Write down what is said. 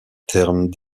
terme